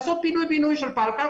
לעשות פינוי בינוי של פלקל,